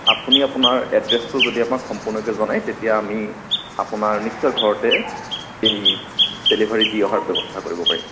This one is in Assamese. আপুনি আপোনাৰ এড্ৰেচটো যদি আমাক সম্পূৰ্ণকে জনাই তেতিয়া আমি আপোনাৰ নিশ্চয় ঘৰতে এই ডেলিভাৰী দি অহাৰ ব্যৱস্থা কৰিব পাৰিম